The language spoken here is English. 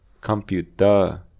Computer